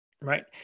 right